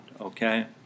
okay